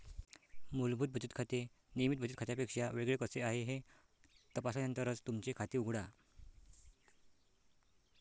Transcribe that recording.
मूलभूत बचत खाते नियमित बचत खात्यापेक्षा वेगळे कसे आहे हे तपासल्यानंतरच तुमचे खाते उघडा